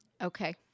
Okay